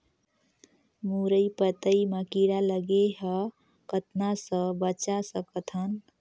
मुरई पतई म कीड़ा लगे ह कतना स बचा सकथन?